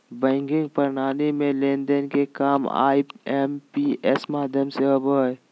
banking प्रणाली में लेन देन के काम आई.एम.पी.एस माध्यम से होबो हय